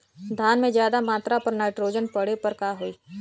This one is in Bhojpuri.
धान में ज्यादा मात्रा पर नाइट्रोजन पड़े पर का होई?